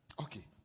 Okay